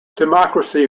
democracy